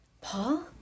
paul